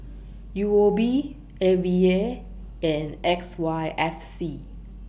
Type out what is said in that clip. U O B A V A and X Y F C